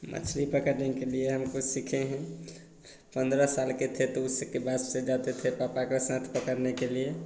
मछली पकड़ने के लिए हम कुछ सीखे हैं पंद्रह साल के थे तो उसके बाद से जाते थे पापा के साथ पकड़ने के लिए